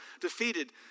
defeated